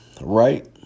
right